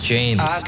James